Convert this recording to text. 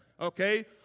okay